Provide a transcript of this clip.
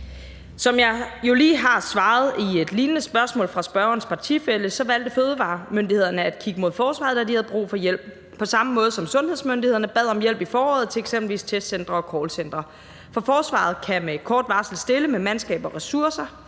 Som jeg jo lige har svaret i et lignende spørgsmål fra spørgerens partifælle, valgte fødevaremyndighederne at kigge mod forsvaret, da de havde brug for hjælp, på samme måde som sundhedsmyndighederne bad om hjælp i foråret til eksempelvis testcentre og callcentre, for forsvaret kan med kort varsel stille med mandskab og ressourcer.